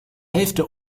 hälfte